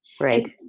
Right